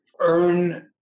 earn